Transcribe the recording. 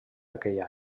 aquell